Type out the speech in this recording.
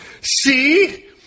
See